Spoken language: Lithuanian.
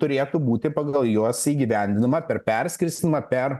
turėtų būti pagal juos įgyvendinama per perskirstymą per